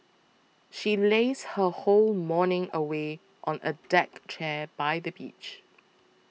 she lazed her whole morning away on a deck chair by the beach